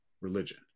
religion